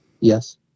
Yes